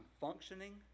functioning